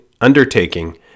undertaking